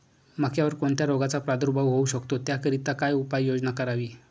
मक्यावर कोणत्या रोगाचा प्रादुर्भाव होऊ शकतो? त्याकरिता काय उपाययोजना करावी?